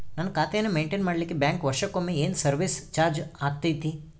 ನನ್ನ ಖಾತೆಯನ್ನು ಮೆಂಟೇನ್ ಮಾಡಿಲಿಕ್ಕೆ ಬ್ಯಾಂಕ್ ವರ್ಷಕೊಮ್ಮೆ ಏನು ಸರ್ವೇಸ್ ಚಾರ್ಜು ಹಾಕತೈತಿ?